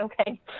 okay